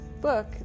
book